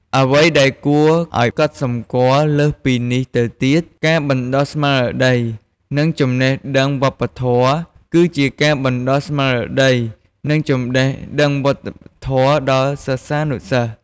អ្វីដែលគួរអោយកត់សម្គាល់លើសពីនេះទៅទៀត ការបណ្ដុះស្មារតី និងចំណេះដឹងវប្បធម៌ គឺជាការបណ្ដុះស្មារតី និងចំណេះដឹងវប្បធម៌ ដល់សិស្សានុសិស្ស។